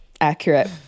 Accurate